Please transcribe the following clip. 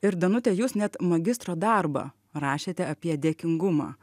ir danutė jūs net magistro darbą rašėte apie dėkingumą